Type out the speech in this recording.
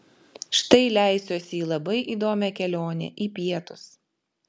štai leisiuosi į labai įdomią kelionę į pietus